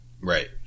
Right